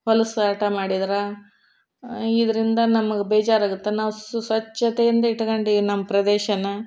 ಹೊಲ್ಸು ಆಟ ಮಾಡಿದ್ರೆ ಇದರಿಂದ ನಮಗೆ ಬೇಜಾರಾಗತ್ತೆ ನಾವು ಸು ಸ್ವಚ್ಛತೆಯಿಂದ ಇಟ್ಕಂಡೀವಿ ನಮ್ಮ ಪ್ರದೇಶನ